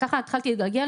וככה התחלתי לגלגל,